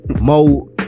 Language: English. mo